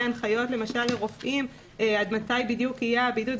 הנחיות לרופאים עד מתי בדיוק יהיה הבידוד.